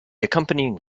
accompanying